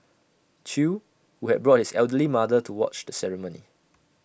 chew who had brought his elderly mother to watch the ceremony